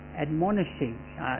admonishing